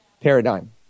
paradigm